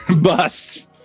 bust